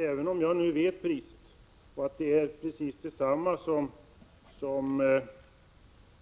Även om jag nu vet vilket priset är och att det är precis detsamma som det